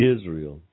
Israel